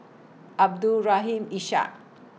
Abdul Rahim Ishak